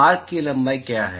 arc की लंबाई क्या है